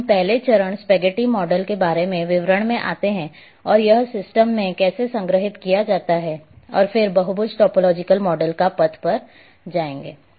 तो हम पहले चरण स्पेगेटी मॉडल के बारे में विवरण में आते हैं और यह सिस्टम में कैसे संग्रहीत किया जाता है और फिर बहुभुज टोपोलोजिकल मॉडल का पथ पर जाएंगे